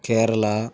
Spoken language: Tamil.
கேரளா